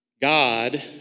God